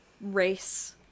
race